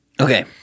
Okay